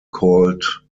called